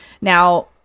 Now